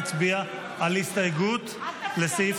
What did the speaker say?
נצביע על הסתייגות 13,